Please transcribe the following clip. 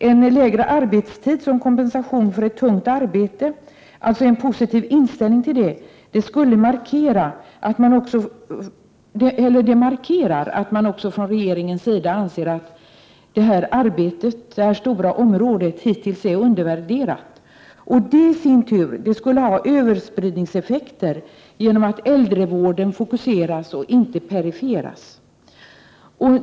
En positiv inställning till en kortare arbetstid som kompensation för ett tungt arbete markerar att också regeringen anser att arbetet inom detta stora område hittills varit undervärderat. Det i sin tur skulle ha överspridningseffekter genom att äldrevården fokuseras och inte perifieras.